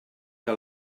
que